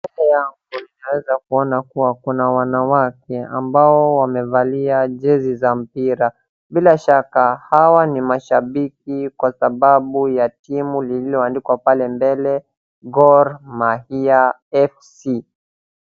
Mbele yangu ninaweza kuona kuwa kuna wanawake ambao wamevalia jezi za mpira. Bila shaka hawa ni wamashabiki kwa sababu ya timu lililo andikwa pale mbele Gor Mahia FC.